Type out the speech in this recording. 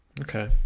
Okay